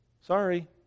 Sorry